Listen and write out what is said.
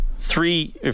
Three